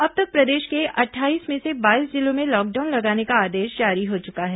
अब तक प्रदेश के अट्ठाईस में से बाईस जिलों में लॉकडाउन लगाने का आदेश जारी हो चुका है